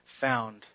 found